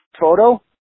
photo